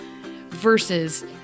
versus